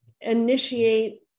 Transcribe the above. initiate